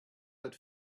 that